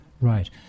right